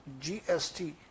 gst